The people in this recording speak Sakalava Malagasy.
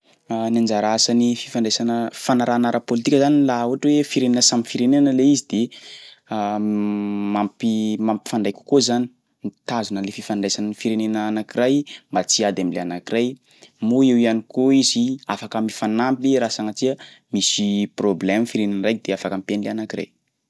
Ny anjara asan'ny fifandraisana fifanarahana ara-pôlitika zany laha ohatra hoe firenena samby firenena le izy de mampi- mampifandray kokoa zany, mitazona an'le fifandraisan'ny firenena anankiray mba tsy hiady am'le anankiray, moa eo ihany koa izy afaka mifanampy raha sagnatsia misy problème firenena raiky de afaka ampian'le anankiray.